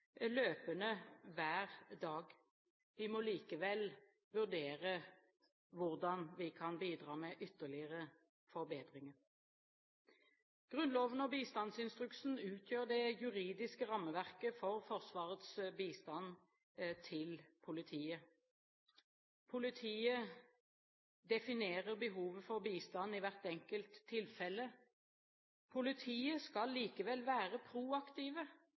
hver dag. Vi må likevel vurdere hvordan vi kan bidra med ytterligere forbedringer. Grunnloven og bistandsinstruksen utgjør det juridiske rammeverket for Forsvarets bistand til politiet. Politiet definerer behovet for bistand i hvert enkelt tilfelle. Forsvaret skal likevel være proaktive